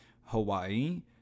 Hawaii